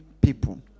people